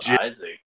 Isaac